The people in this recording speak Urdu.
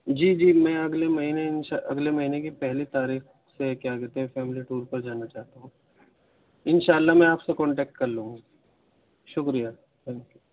جی جی میں اگلے مہینے ان شاء اگلے مہینے کی پہلی تاریخ سے کیا کہتے ہیں فیملی ٹور پر جانا چاہتا ہوں ان شاء اللہ میں آپ سے کانٹیکٹ کر لوں گا شکریہ تھینک یو